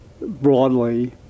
broadly